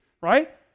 right